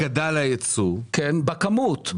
אם גדל הייצוא --- בכמות,